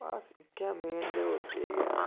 बस इ'यै मेन ते होर केह् गै ऐ